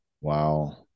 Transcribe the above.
wow